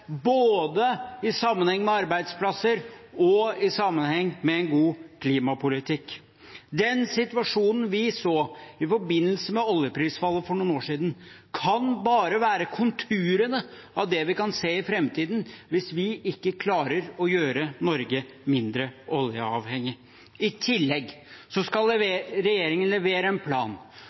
både i sammenheng med arbeidsplasser og i sammenheng med en god klimapolitikk. Den situasjonen vi så i forbindelse med oljeprisfallet for noen år siden, kan bare være konturene av det vi kan se i framtiden hvis vi ikke klarer å gjøre Norge mindre oljeavhengig. I tillegg skal regjeringen levere en plan